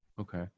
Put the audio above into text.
Okay